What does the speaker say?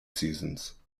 seasons